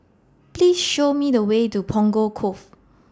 Please Show Me The Way to Punggol Cove